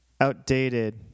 outdated